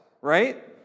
right